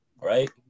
right